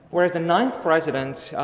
whereas the ninth president,